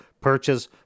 purchase